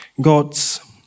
God's